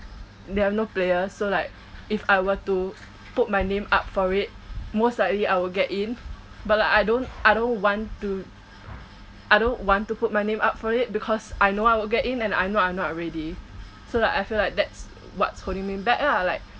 they have no players so like if I were to put my name up for it most likely I will get in but like I don't I don't want to I don't want to put my name up for it because I know I will get in and I know I'm not ready so like I feel like that's what's holding me back lah like